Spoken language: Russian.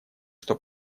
что